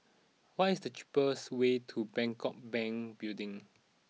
what is the cheapest way to Bangkok Bank Building